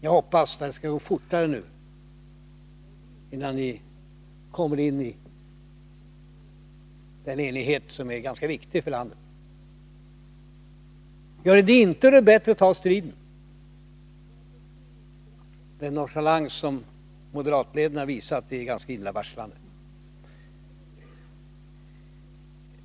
Jag hoppas det skall gå fortare nu och att ni snabbare skall komma in i den enighet som är viktig för landet. Gör ni det inte, är det bättre att ta striden. Den nonchalans som moderatledaren har visat är illavarslande.